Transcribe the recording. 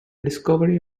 discovery